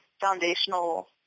foundational